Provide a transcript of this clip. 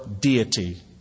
deity